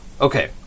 Okay